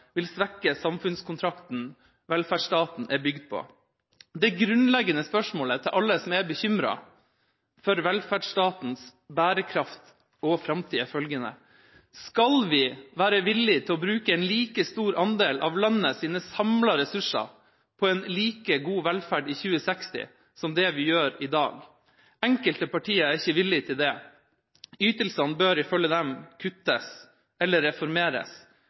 vil svekke samfunnskontrakten velferdsstaten er bygget på. Det grunnleggende spørsmålet til alle som er bekymret for velferdsstatens bærekraft og framtid, er følgende: Skal vi være villig til å bruke en like stor andel av landets samlede ressurser på en like god velferd i 2060 som det vi gjør i dag? Enkelte partier er ikke villig til det. Ytelsene bør ifølge dem kuttes eller reformeres,